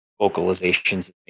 vocalizations